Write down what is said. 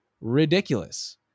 ridiculous